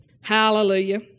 Hallelujah